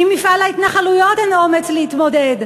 עם מפעל ההתנחלויות אין אומץ להתמודד.